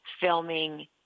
filming